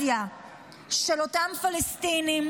הרדיקליזציה של אותם פלסטינים,